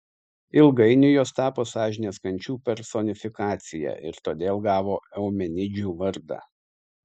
ilgainiui jos tapo sąžinės kančių personifikacija ir todėl gavo eumenidžių vardą